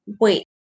wait